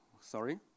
sorry